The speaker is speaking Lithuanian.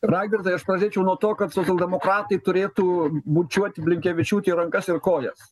ragardai aš pradėčiau nuo to kad socialdemokratai turėtų bučiuoti blinkevičiūtei rankas ir kojas